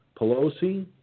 Pelosi